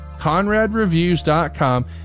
conradreviews.com